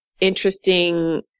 interesting